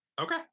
Okay